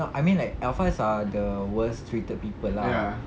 no I mean like alpha are the worst treated people lah